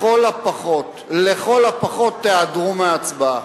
לכל הפחות, לכל הפחות תיעדרו מההצבעה.